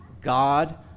God